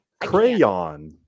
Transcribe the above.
Crayon